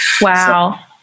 Wow